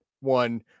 one